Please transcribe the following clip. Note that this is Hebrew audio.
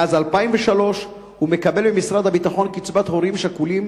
מאז 2003 הוא מקבל ממשרד הביטחון קצבת הורים שכולים,